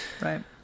right